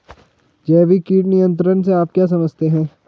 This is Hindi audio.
जैविक कीट नियंत्रण से आप क्या समझते हैं?